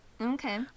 Okay